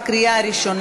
(סמכות חיפוש לשוטר לשם מניעת אלימות),